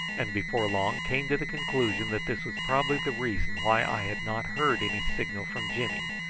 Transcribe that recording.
and before long came to the conclusion that this was probably the reason why i had not heard any signal from jimmy,